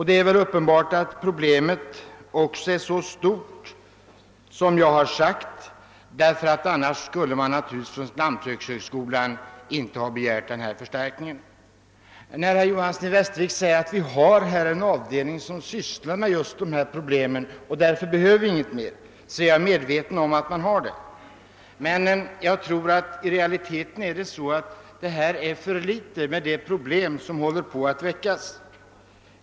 Det är också uppenbart att problemet är av den storleksordning som jag har sagt. Annars skulle man naturligtvis inte från lantbrukshögskolans sida ha begärt denna personalförstärkning. Herr Johanson i Västervik hänvisade till att det redan finns en avdelning vid lantbrukshögskolan som sysslar med just dessa problem och därför behövs ingen förstärkning. Jag är medveten om denna avdelnings existens. Men jag tror att resurserna i realiteten är för små mot bakgrund av de problem som håller på att uppstå.